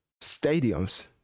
stadiums